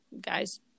guys